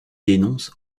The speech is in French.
dénonce